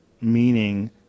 meaning